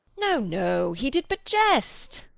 no, no, he did but jest.